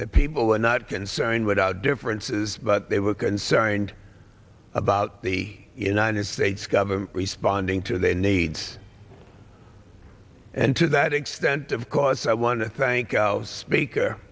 day people are not concerned with out differences but they were concerned about the united states government responding to their needs and to that extent of course i want to thank speaker